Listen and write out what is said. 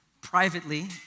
privately